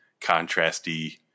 contrasty